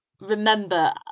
remember